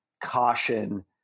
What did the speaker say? caution